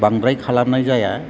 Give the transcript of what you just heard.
बांद्राय खालामनाय जाया